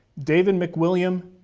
david mcwilliam,